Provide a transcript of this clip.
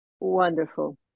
Wonderful